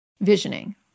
visioning